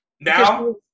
Now